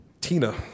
Tina